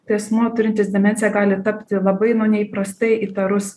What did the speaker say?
tai asmuo turintis demencija gali tapti labai nu neįprastai įtarus